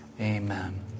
Amen